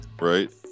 right